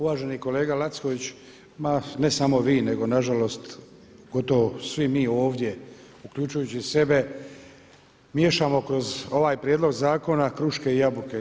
Uvaženi kolega Lacković, ma ne samo vi nego nažalost gotovo svi mi ovdje uključujući sebe miješamo kroz ovaj prijedlog zakona kruške i jabuke.